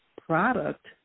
product